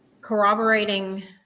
corroborating